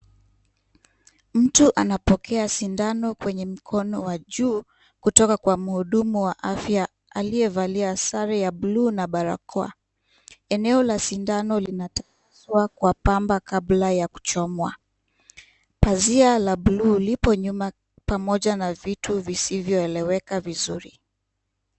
Mtu anapokea sindano kwenye mkono wa juu kutoka kwa mhudumu wa afya aliyevalia sare ya bluu na barakoa. Eneo la sindano linatakaswa kwa pamba kabla ya kuchomwa. Pazia la bluu lipo nyuma pamoja na vitu visivyoeleweka vizuri.